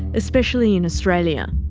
especially in australia.